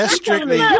strictly